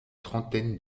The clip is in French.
trentaine